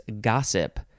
gossip